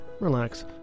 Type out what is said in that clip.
relax